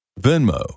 Venmo